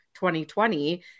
2020